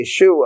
Yeshua